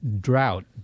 drought